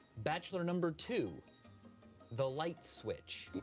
bachelor number two the light switch.